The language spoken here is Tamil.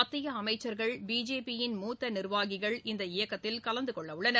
மத்திய அமைச்சர்கள் பிஜேபி யின் மூத்த நிர்வாகிகள் இந்த இயக்கத்தில் கலந்துகொள்ளவுள்ளனர்